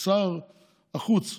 שר החוץ,